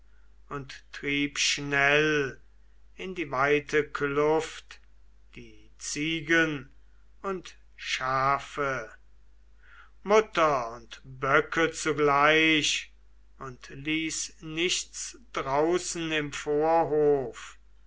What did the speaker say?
und trieb schnell in die weite kluft die ziegen und schafe mütter und böcke zugleich und ließ nichts draußen im